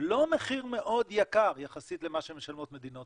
לא מחיר מאוד יקר יחסית למה שמשלמות מדינות